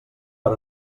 per